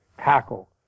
tackle